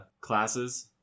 classes